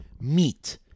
Meat